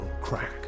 crack